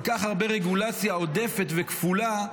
כל כך הרבה רגולציה עודפת וכפולה,